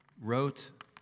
wrote